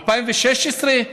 ב-2016,